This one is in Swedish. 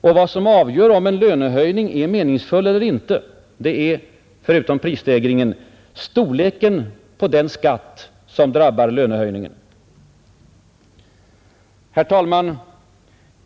Och vad som avgör om en lönehöjning är meningsfull eller inte, det är — förutom prisstegringen — storleken på den skatt som drabbar lönehöjningen. Herr talman!